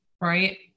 right